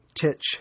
Titch